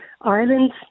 Ireland